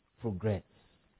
progress